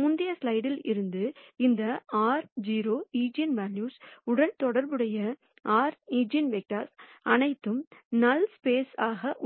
முந்தைய ஸ்லைடில் இருந்து இந்த r 0 ஈஜென்வெல்யூ உடன் தொடர்புடைய r ஈஜென்வெக்தார் அனைத்தும் நல் ஸ்பேஸ்